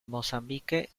mozambique